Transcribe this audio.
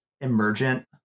emergent